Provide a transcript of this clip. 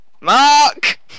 Mark